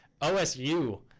osu